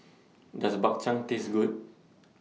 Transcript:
Does Bak Chang Taste Good